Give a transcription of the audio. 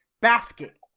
Basket